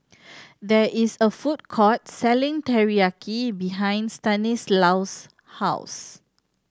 there is a food court selling Teriyaki behind Stanislaus' house